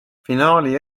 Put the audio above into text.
finaali